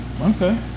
Okay